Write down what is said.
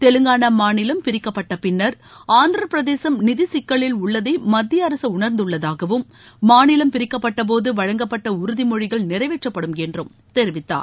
தெலங்கானா மாநிலம் பிரிக்கப்பட்டப் பின்னர் ஆந்திரப் பிரதேசும் நிதி சிக்கலில் உள்ளதை மத்திய அரசு உணர்ந்துள்ளதாகவும் மாநிலம் பிரிக்கப்பட்ட போது வழங்கப்பட்ட உறுதிமொழிகள் நிறைவேற்றப்படும் என்றும் தெரிவித்தார்